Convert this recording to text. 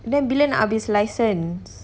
then bila nak habis license